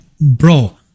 bro